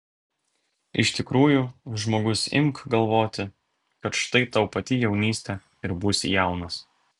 iš tikrųjų žmogus imk galvoti kad štai tau pati jaunystė ir būsi jaunas